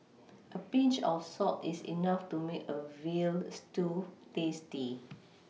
a Pinch of salt is enough to make a veal stew tasty